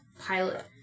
pilot